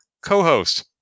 co-host